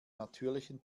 natürlichen